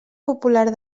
popular